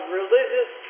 religious